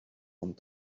ond